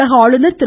தமிழக ஆளுநர் திரு